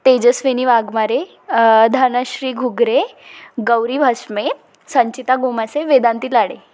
Tejaswini Waghmare Dhanashree Ghugare Gauri Bhasme Sanchita Gomase Vedanti Lade